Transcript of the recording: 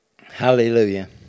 Hallelujah